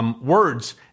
words